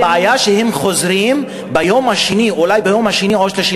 הבעיה היא שהם חוזרים אולי ביום השני או השלישי,